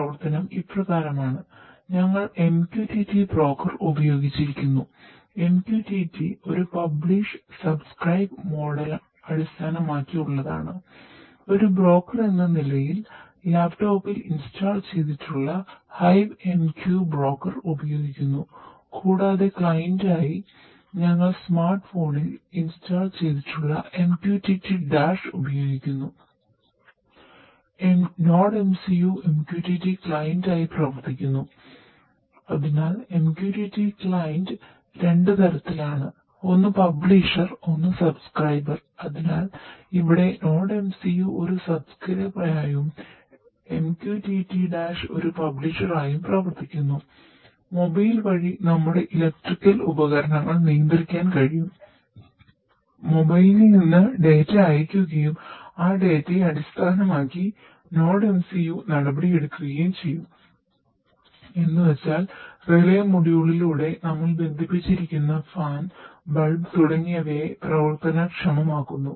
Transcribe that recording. അതിനാൽ ഇവിടെ NodeMCU ഒരു സബ്സ്ക്രൈബർ ആയും പ്രവർത്തിക്കുന്നു മൊബൈൽ ആക്കുന്നു